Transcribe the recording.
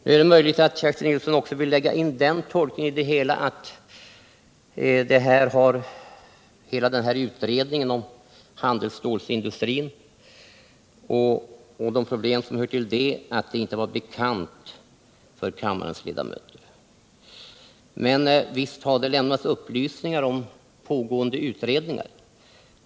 Det är möjligt att Kerstin Nilsson också vill lägga in den tolkningen i det hela att utredningen om handelsstålsindustrin och de problem som därtill hör inte var bekanta för kammarens ledamöter. Men visst har det lämnats upplysningar om pågående utredningar.